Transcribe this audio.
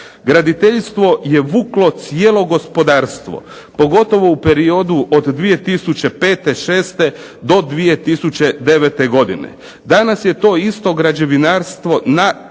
Graditeljstvo je vuklo cijelo gospodarstvo, pogotovo u periodu od 2005., 2006. do 2009. godine. Danas je to isto građevinarstvo na